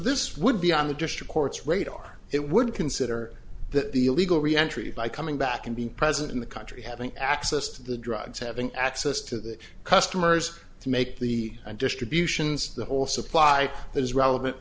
this would be on the district court's radar it would consider that the illegal reentry by coming back and be present in the country having access to the drugs having access to the customers to make the distributions the whole supply that is relevant